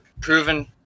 proven